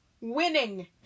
Winning